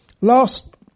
Last